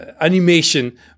animation